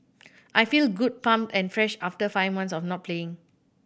I feel good pumped and fresh after five months of not playing